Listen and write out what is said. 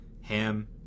ham